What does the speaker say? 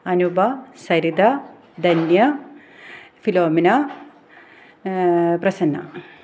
Anupa Saritha Dhanya Philomina Prasanna